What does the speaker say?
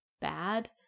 bad